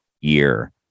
year